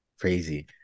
Crazy